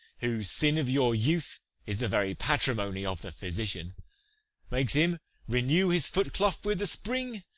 whose sin of your youth is the very patrimony of the physician makes him renew his foot-cloth with the spring,